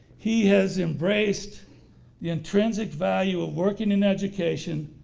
he has embraced the intrinsic value of working in education,